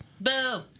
Boom